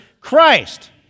Christ